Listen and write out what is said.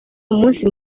umunsi